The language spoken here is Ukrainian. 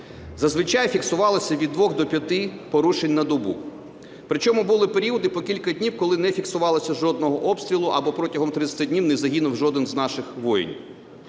Зазвичай фіксувалося від двох до п'яти порушень на добу, причому були періоди по кілька днів, коли не фіксувалося жодного обстрілу або протягом 30 днів не загинув жодний з наших воїнів.